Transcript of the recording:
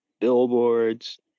billboards